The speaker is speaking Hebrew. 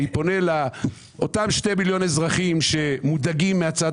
אני פונה אל אותם שני מיליון אזרחים שמודאגים מהצד